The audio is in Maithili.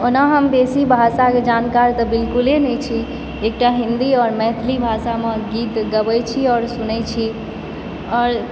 ओना हम बेसी भाषाकऽ जानकार तऽ बिल्कुले नहि छी एकटा हिन्दी आओर मैथिली भाषामे गीत गाबैत छी आओर सुनैत छी आओर